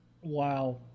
Wow